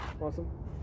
Awesome